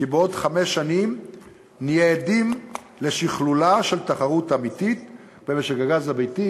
כי בעוד חמש שנים נהיה עדים לשכלולה של תחרות אמיתית במשק הגז הביתי,